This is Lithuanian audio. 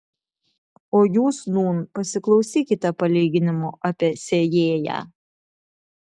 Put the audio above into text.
o jūs nūn pasiklausykite palyginimo apie sėjėją